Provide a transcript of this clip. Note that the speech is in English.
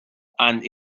and